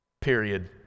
period